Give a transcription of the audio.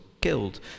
killed